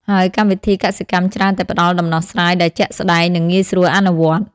ហើយកម្មវិធីកសិកម្មច្រើនតែផ្ដល់ដំណោះស្រាយដែលជាក់ស្ដែង និងងាយស្រួលអនុវត្ត។